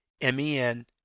M-E-N